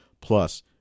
plus